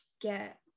get